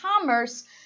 commerce